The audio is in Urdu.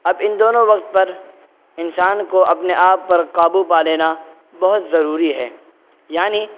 اب ان دونوں وقت پر انسان کو اپنے آپ پر قابو پا لینا بہت ضروری ہے یعنی